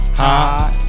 hot